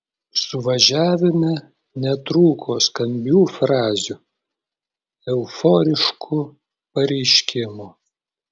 suvažiavime netrūko skambių frazių euforiškų pareiškimų